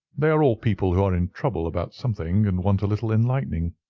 they are all people who are in trouble about something, and want a little enlightening.